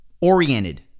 oriented